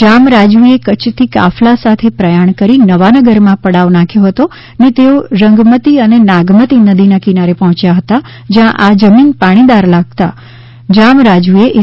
જામ રાજવીએ કચ્છથી કાફલા સાથે પ્રયાણ કરી નવાનગરમાં પડાવ નાખ્યો હતોને તેઓ રંગમતી અને નાગમતી નદીના કિનારે પહોંચ્યા હતા જ્યાં આ જમીન પાણીદાર લગતા જામ રાજવીએ ઈ